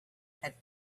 had